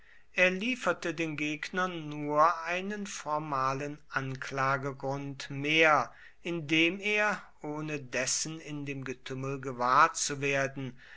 er lieferte den gegnern nur einen formalen anklagegrund mehr indem er ohne dessen in dem getümmel gewahr zu werden